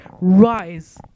rise